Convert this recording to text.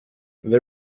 they